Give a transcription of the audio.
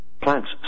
plants